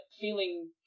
feeling